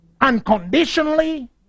unconditionally